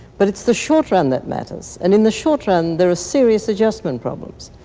but it's the short run that matters, and in the short run there are serious adjustment problems.